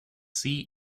seat